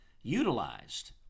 utilized